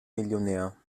millionär